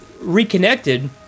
reconnected